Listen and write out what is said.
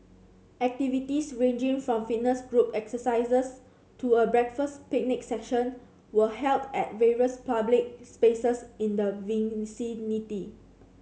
activities ranging from fitness group exercises to a breakfast picnic session were held at various public spaces in the